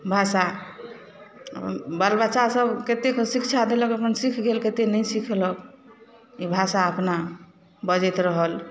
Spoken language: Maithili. भाषा बाल बच्चा सब कतेके शिक्षा देलक अपन सीख गेल कते नहि सीखलक भाषा अपना बजैत रहल